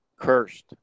Cursed